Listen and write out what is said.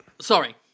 Sorry